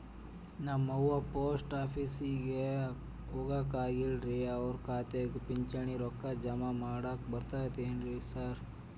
ನಮ್ ಅವ್ವ ಪೋಸ್ಟ್ ಆಫೇಸಿಗೆ ಹೋಗಾಕ ಆಗಲ್ರಿ ಅವ್ರ್ ಖಾತೆಗೆ ಪಿಂಚಣಿ ರೊಕ್ಕ ಜಮಾ ಮಾಡಾಕ ಬರ್ತಾದೇನ್ರಿ ಸಾರ್?